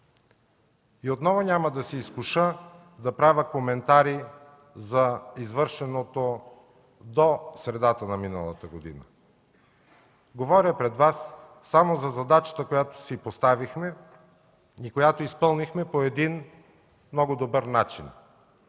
Отново няма да се изкуша да правя коментари за извършеното до средата на миналата година. Говоря пред Вас само за задачата, която си поставихме и изпълнихме по един много добър начин.